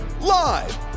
live